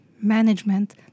management